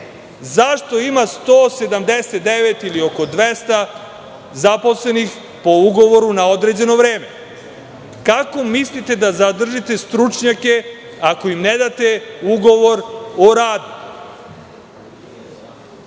Zašto ima 179 ili oko 200 zaposlenih po ugovoru na određeno vreme? Kako mislite da zadržite stručnjake ako im ne date ugovor o